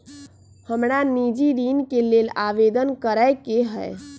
हमरा निजी ऋण के लेल आवेदन करै के हए